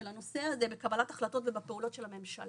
של הנושא הזה בקבלת החלטות ובפעולות של הממשלה.